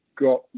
got